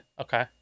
Okay